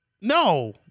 no